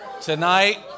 tonight